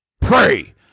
pray